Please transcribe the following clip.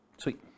Sweet